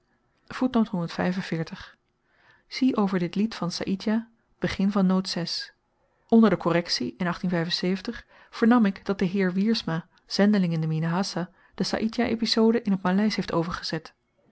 zie over dit lied van saïdjah t begin van onder de korrektie in vernam ik dat de heer wiersma zendeling in de minahassa de saïdjah epizode in t maleisch heeft overgezet